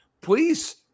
Please